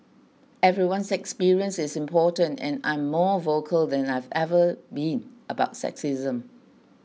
everyone's experience is important and I'm more vocal than I've ever been about sexism